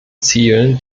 zielen